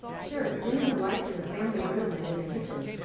sure. dimming the lights in the family room and in the kitchen.